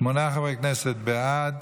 שמונה חברי כנסת בעד,